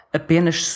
apenas